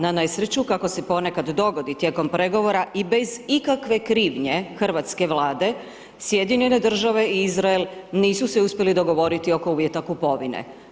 Na nesreću kako se ponekad dogodi tijekom pregovora i bez ikakve krivnje hrvatske Vlade, Sjedinjene Države i Izrael nisu se uspjeli dogovoriti oko uvjeta kupovine.